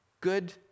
good